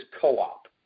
co-op